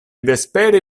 vespere